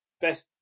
best